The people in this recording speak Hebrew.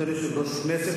תודה רבה.